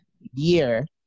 year